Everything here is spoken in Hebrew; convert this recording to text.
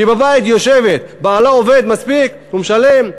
היא בבית יושבת, בעלה עובד מספיק, הוא משלם.